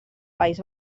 país